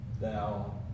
thou